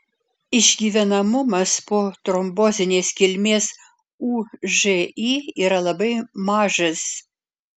išgyvenamumas po trombozinės kilmės ūži yra labai mažas